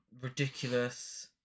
ridiculous